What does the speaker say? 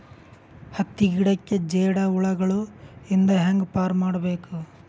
ಹತ್ತಿ ಗಿಡಕ್ಕೆ ಜೇಡ ಹುಳಗಳು ಇಂದ ಹ್ಯಾಂಗ್ ಪಾರ್ ಮಾಡಬೇಕು?